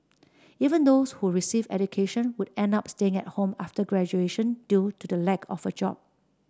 even those who received education would end up staying at home after graduation due to the lack of a job